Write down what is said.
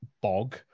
bog